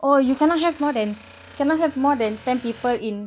oh you cannot have more than cannot have more than ten people in